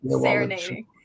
Serenading